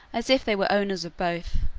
as if they were owners of both.